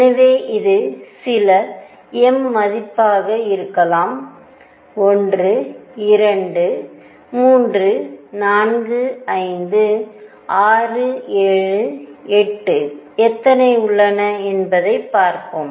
எனவே இது சில m மதிப்பாக இருக்கலாம் 1 2 3 4 5 6 7 8 எத்தனை உள்ளன என்பதைப் பார்ப்போம்